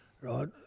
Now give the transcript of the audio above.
right